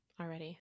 already